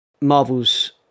marvel's